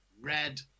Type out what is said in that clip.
red